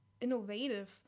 innovative